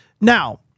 Now